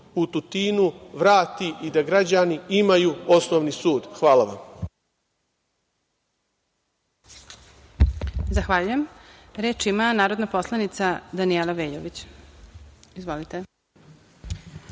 u Tutinu vrati i da građani imaju osnovni sud. Hvala.